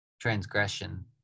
transgression